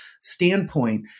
standpoint